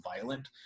violent